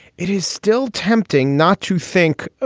it is still tempting not to think.